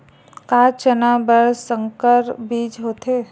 का चना बर संकर बीज होथे?